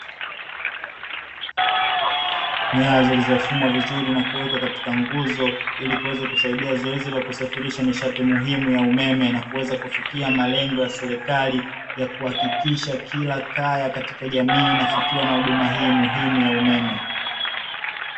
Nyanya zilizofugwa vizuri na kuwekwa katika nguzo, ili kusaidia kusafirisha zoezi la kusafirisha nishati muhimu ya umeme na kuweza kufikia malengo ya serikali ya kuhakikisha kila kaya katika jamii inafikiwa na huduma hii muhimu ya umeme .